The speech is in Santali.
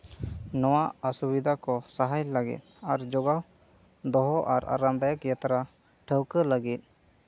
ᱱᱚᱣᱟ ᱚᱥᱩᱵᱤᱫᱷᱟ ᱠᱚ ᱥᱟᱦᱟᱭ ᱞᱟᱹᱜᱤᱫ ᱟᱨ ᱡᱳᱜᱟᱣ ᱫᱚᱦᱚ ᱟᱨ ᱟᱨᱟᱢ ᱫᱟᱭᱚᱠ ᱡᱟᱛᱨᱟ ᱴᱷᱟᱹᱣᱠᱟᱹ ᱞᱟᱹᱜᱤᱫ